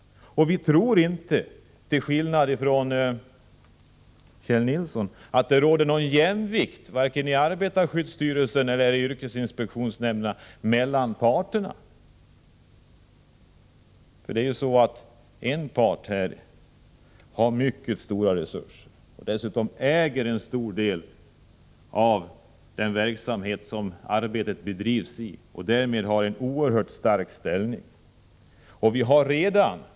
Vi tror inte, till skillnad från Kjell Nilsson, att det råder någon jämvikt vare sig i arbetarskyddsstyrelsen eller i yrkesinspektionsnämnderna mellan parterna. En part har mycket stora resurser och äger dessutom en stor del av den verksamhet som arbetet gäller. Därmed blir ställningen oerhört stark.